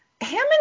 Hammond